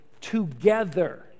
together